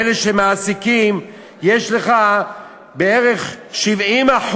וגם מבין אלה שמעסיקים יש לך בערך 70%